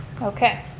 okay